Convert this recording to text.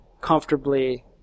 comfortably